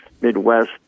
Midwest